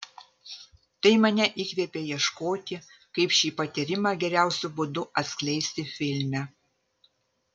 tai mane įkvėpė ieškoti kaip šį patyrimą geriausiu būdu atskleisti filme